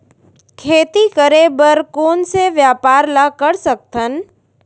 खेती करे बर कोन से व्यापार ला कर सकथन?